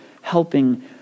helping